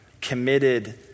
Committed